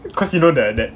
cause you know the that